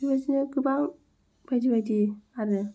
बिबादिनो गोबां बायदि बायदि आरो